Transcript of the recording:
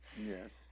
Yes